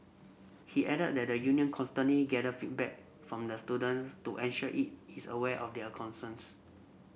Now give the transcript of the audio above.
he added that the union constantly gather feedback from the student to ensure it is aware of their concerns